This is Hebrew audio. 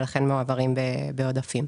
ולכן מועברים בעודפים.